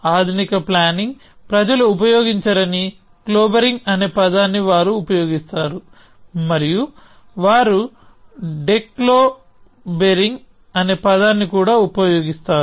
ఆధునిక ప్లానింగ్ ప్రజలు ఉపయోగించని క్లోబెరింగ్ అనే పదాన్ని వారు ఉపయోగిస్తారు మరియు వారు డెక్లోబెరింగ్ అనే పదాన్ని కూడా ఉపయోగిస్తారు